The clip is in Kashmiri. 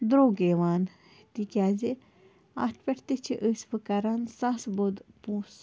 درٛوگ یِوان تِکیٛازِ اَتھ پٮ۪ٹھ تہِ چھِ أسۍ وۄنۍ کَران ساسہٕ بوٚد پونٛسہٕ